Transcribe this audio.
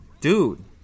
Dude